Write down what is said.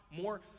more